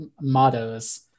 mottos